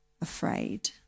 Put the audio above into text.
afraid